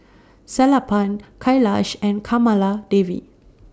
Sellapan Kailash and Kamaladevi